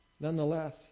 nonetheless